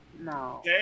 No